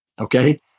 Okay